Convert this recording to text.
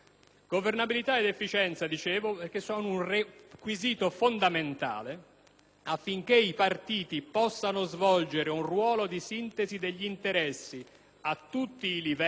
affinché i partiti possano svolgere quel ruolo di sintesi degli interessi (a tutti i livelli), che la Costituzione assegna loro, non solo quando c'è da scegliere un Governo,